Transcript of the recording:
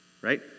right